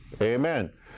Amen